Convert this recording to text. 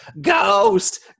ghost